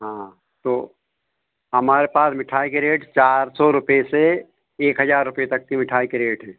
हाँ तो हमारे पास मिठाई के रेट चार सौ रुपये से एक हजार रुपये तक की मिठाई के रेट हैं